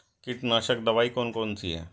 कीटनाशक दवाई कौन कौन सी हैं?